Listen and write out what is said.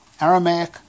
Aramaic